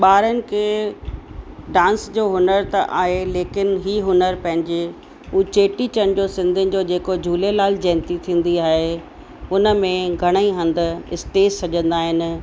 ॿारनि खे डांस जो हुनर त आहे लेकिनि ही हुनर पंहिंजे उहो चेटीचंड सिधियुनि जो जेको झूलेलाल जयंती थींदी आहे हुन में घणेई हंधु इस्टेज सजंदा आहिनि